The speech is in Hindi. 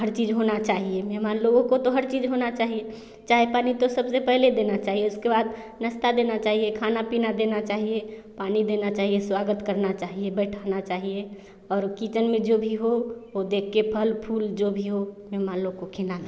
हर चीज़ होना चाहिए मेहमान लोगों को तो हर चीज़ होना चाहिए चाय पानी तो सबसे पहले देना चाहिए उसके बाद नाश्ता देना चाहिए खाना पीना देना चाहिए पानी देना चाहिए स्वागत करना चाहिए बैठाना चाहिए और किचन में जो भी हो वह देखकर फल फुल जो भी हो मेहमान लोग को खिलाना